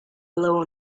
below